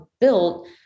built